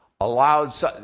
Allowed